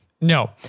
No